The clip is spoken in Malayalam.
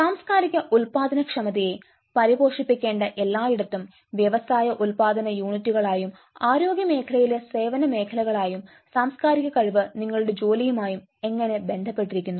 സാംസ്കാരിക ഉൽപാദന ക്ഷമതയെ പരിപോഷിപ്പിക്കേണ്ട എല്ലായിടത്തും വ്യവസായ ഉൽപാദന യൂണിറ്റുകളായാലും ആരോഗ്യമേഖലയിലെ സേവന മേഖലകളായാലും സാംസ്കാരിക കഴിവ് നിങ്ങളുടെ ജോലിയുമായി എങ്ങനെ ബന്ധപ്പെട്ടിരിക്കുന്നു